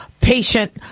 patient